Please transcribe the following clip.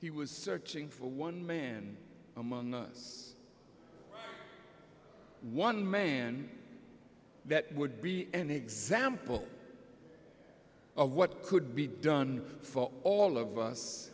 he was searching for one man among us one man that would be an example of what could be done for all of us